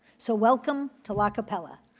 so welcome to lawcapella.